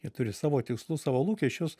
jie turi savo tikslus savo lūkesčius